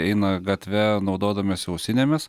eina gatve naudodamiesi ausinėmis